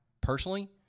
personally